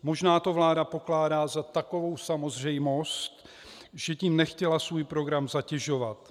Možná to vláda pokládá za takovou samozřejmost, že tím nechtěla svůj program zatěžovat.